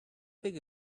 big